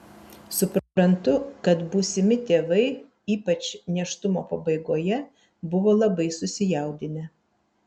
suprantu kad būsimi tėvai ypač nėštumo pabaigoje buvo labai susijaudinę